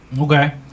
Okay